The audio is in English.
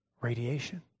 radiation